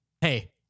hey